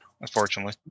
Unfortunately